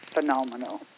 phenomenal